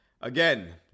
Again